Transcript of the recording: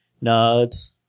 nods